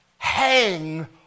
Hang